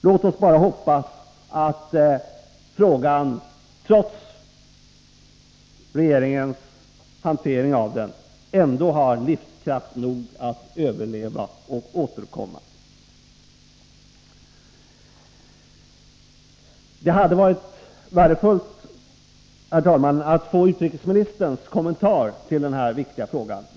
Låt oss bara hoppas att frågan trots regeringens hantering av den ändå har livskraft nog att överleva och återkomma. Det hade varit värdefullt, herr talman, att få utrikesministerns kommentar till den här viktiga frågan.